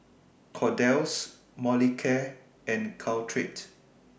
Kordel's Molicare and Caltrate